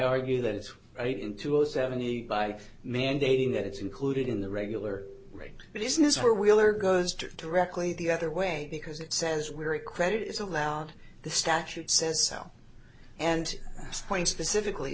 argue that it's right into a seventy by mandating that it's included in the regular rate but isn't is where wheeler goes directly the other way because it says we're a credit is allowed the statute says so and point specifically